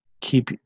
keep